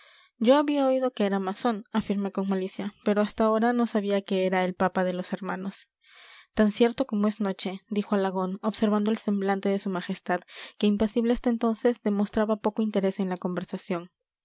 yo había oído que era masón afirmé con malicia pero hasta ahora no sabía que era el papa de los hermanos tan cierto como es noche dijo alagón observando el semblante de su majestad que impasible hasta entonces demostraba poco interés en la conversación